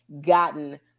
gotten